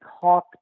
talk